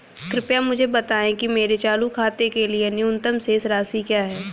कृपया मुझे बताएं कि मेरे चालू खाते के लिए न्यूनतम शेष राशि क्या है